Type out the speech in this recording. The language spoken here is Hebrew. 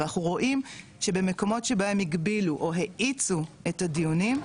ואנחנו רואים שבמקומות שבהם הגבילו או האיצו את הדיונים,